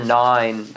nine